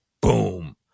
boom